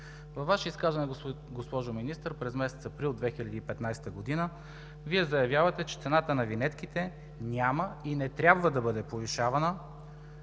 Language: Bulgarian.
Във Ваше изказване, госпожо Министър, през месец април 2015 г. Вие заявявате, че цената на винетките няма и не трябва да бъде повишавана